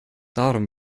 darum